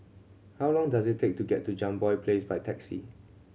how long does it take to get to Jambol Place by taxi